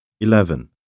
eleven